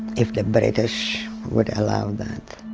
if the british would allow that.